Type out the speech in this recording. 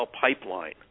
pipeline